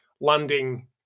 landing